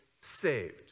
saved